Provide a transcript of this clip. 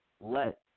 let